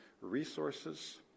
resources